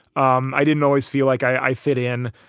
um i didn't always feel like i fit in.